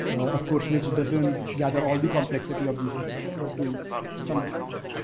of course, which doesn't gather all the complexity of the ecosystem but to some extent.